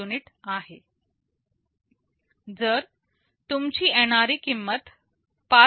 जर तुमची NRE किंमत Rs